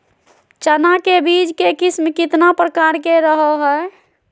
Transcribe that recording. चना के बीज के किस्म कितना प्रकार के रहो हय?